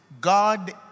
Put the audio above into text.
God